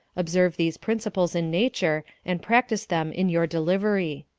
observe these principles in nature and practise them in your delivery.